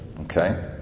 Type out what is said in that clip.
Okay